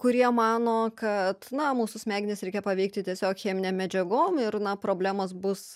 kurie mano kad na mūsų smegenis reikia paveikti tiesiog cheminėm medžiagom ir na problemos bus